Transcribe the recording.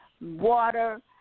water